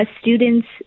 students